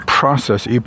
process